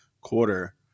quarter